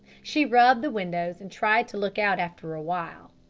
she rubbed the windows and tried to look out after a while.